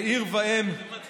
לעיר ואם בישראל.